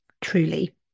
truly